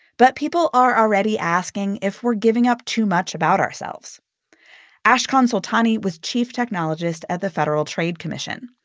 but people are already asking if we're giving up too much about ourselves ashkan soltani was chief technologist at the federal trade commission.